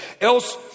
Else